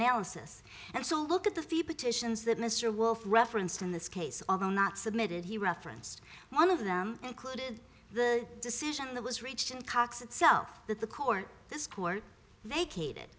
analysis and so look at the fee petitions that mr wolf referenced in this case although not submitted he referenced one of them included the decision that was reached in cox itself that the court this court vacated